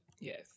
yes